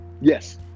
yes